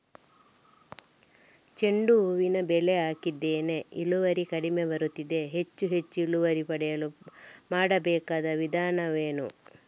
ಚೆಂಡು ಹೂವಿನ ಬೆಳೆ ಹಾಕಿದ್ದೇನೆ, ಇಳುವರಿ ಕಡಿಮೆ ಬರುತ್ತಿದೆ, ಹೆಚ್ಚು ಹೆಚ್ಚು ಇಳುವರಿ ಪಡೆಯಲು ಮಾಡಬೇಕಾದ ವಿಧಾನವೇನು?